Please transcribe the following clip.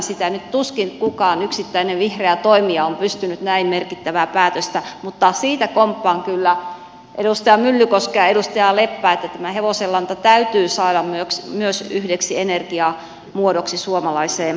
tuskin nyt kukaan yksittäinen vihreä toimija on pystynyt näin merkittävää päätöstä tekemään mutta siitä komppaan kyllä edustaja myllykoskea ja edustaja leppää että tämä hevosenlanta täytyy saada myös yhdeksi energiamuodoksi suomalaiseen energiantuotantoon